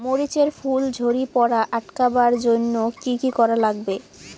মরিচ এর ফুল ঝড়ি পড়া আটকাবার জইন্যে কি কি করা লাগবে?